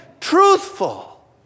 truthful